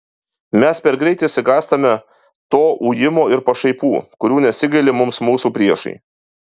mes per greit išsigąstame to ujimo ir pašaipų kurių nesigaili mums mūsų priešai